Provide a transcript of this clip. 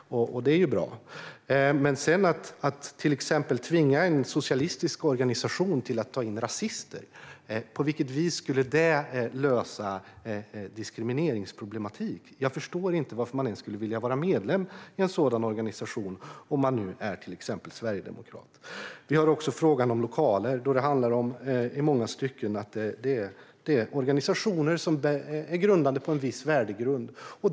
Det är bra. På vilket sätt skulle detta att tvinga en socialistisk organisation att ta in rasister lösa diskrimineringsproblem? Jag förstår inte varför man ens skulle vilja vara medlem i en sådan organisation - om man nu är till exempel sverigedemokrat. Dessutom finns frågan om lokaler. Det handlar i många stycken om organisationer som agerar i enlighet med en viss värdegrund.